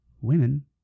women